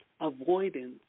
avoidance